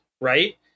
Right